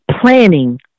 planning